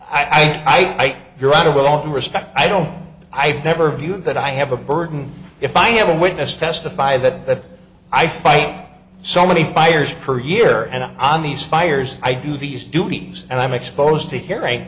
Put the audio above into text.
respect i don't i've never viewed that i have a burden if i have a witness testify that i fight so many fires per year and on these fires i do these duties and i'm exposed to hearing